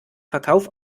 verkauf